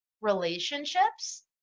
relationships